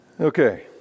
Okay